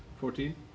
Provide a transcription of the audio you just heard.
Fourteen